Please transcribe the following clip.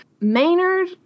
Maynard